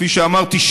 כפי שאמרתי,